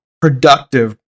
productive